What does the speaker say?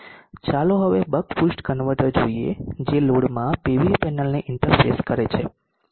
ચાલો હવે buck boost converter જોઈએ જે લોડમાં પીવી પેનલને ઇન્ટરફેસ કરે છે